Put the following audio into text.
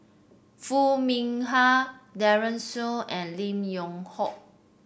Foo Mee Har Daren Shiau and Lim Yew Hock